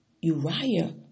Uriah